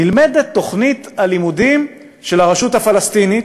נלמדת תוכנית הלימודים של הרשות הפלסטינית,